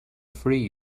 free